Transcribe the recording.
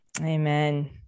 Amen